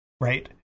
right